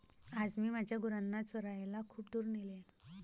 आज मी माझ्या गुरांना चरायला खूप दूर नेले